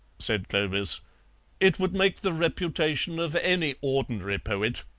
said clovis it would make the reputation of any ordinary poet